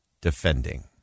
defending